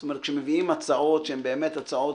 זאת אומרת, כשמביאים הצעות שהן באמת הצעות